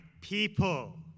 people